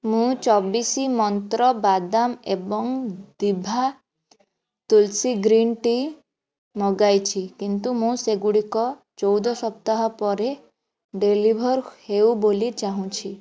ମୁଁ ଚବିଶି ମନ୍ତ୍ର ବାଦାମ ଏବଂ ଦିଭା ତୁଲ୍ସୀ ଗ୍ରୀନ୍ ଟି ମଗାଇଛି କିନ୍ତୁ ମୁଁ ସେଗୁଡ଼ିକ ଚଉଦ ସପ୍ତାହ ପରେ ଡେଲିଭର୍ ହେଉ ବୋଲି ଚାହୁଁଛି